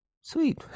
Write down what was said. Sweet